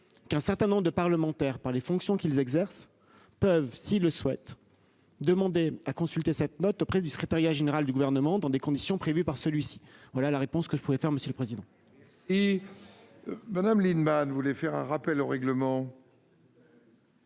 qu'un certain nombre de parlementaires par les fonctions qu'ils exercent peuvent s'ils le souhaitent demander à consulter cette note auprès du secrétariat général du gouvernement, dans des conditions prévues par celui-ci. Voilà la réponse que je pouvais faire. Monsieur le Président. Madame Lienemann vous voulez faire un rappel au règlement.